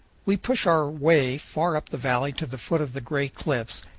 we push our way far up the valley to the foot of the gray cliffs,